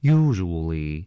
usually